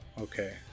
okay